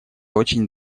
очень